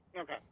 Okay